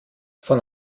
von